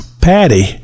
Patty